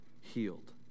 healed